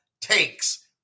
takes